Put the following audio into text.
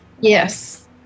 Yes